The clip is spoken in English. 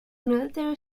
military